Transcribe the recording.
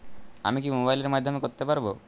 আমি কি মোবাইলের মাধ্যমে করতে পারব?